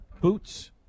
boots